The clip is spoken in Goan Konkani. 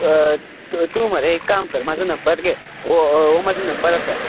तूं मरे एक काम कर म्हाजो नंबर घे हो हो म्हाजो नंबर आसा